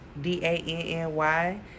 D-A-N-N-Y